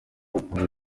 yagize